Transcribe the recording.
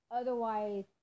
otherwise